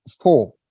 four